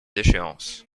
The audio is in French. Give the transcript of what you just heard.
déchéance